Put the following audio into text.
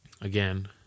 Again